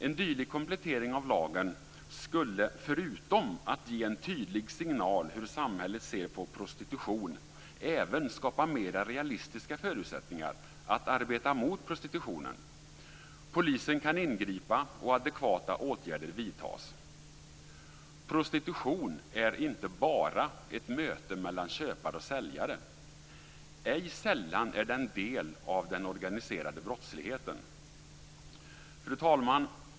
En dylik komplettering av lagen skulle, förutom att ge en tydlig signal om hur samhället ser på prostitution, även skapa mera realistiska förutsättningar att arbeta mot prostitutionen. Polisen kan ingripa och adekvata åtgärder kan vidtas. Prostitution är inte bara ett möte mellan köpare och säljare. Ej sällan är den en del av den organiserade brottsligheten. Fru talman!